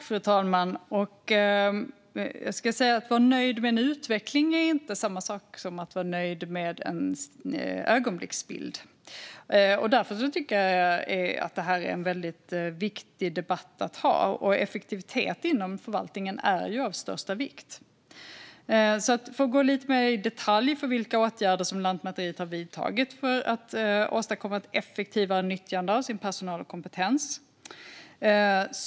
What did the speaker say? Fru talman! Att vara nöjd med en utveckling är inte samma sak som att vara nöjd med en ögonblicksbild. Därför tycker jag att det här är en viktig debatt att ha. Effektivitet inom förvaltningen är ju av största vikt. Jag ska gå in lite mer i detalj på vilka åtgärder Lantmäteriet har vidtagit för att åstadkomma ett effektivare nyttjande av sin personal och sin kompetens.